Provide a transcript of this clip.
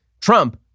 Trump